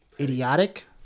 idiotic